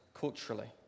culturally